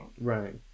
Right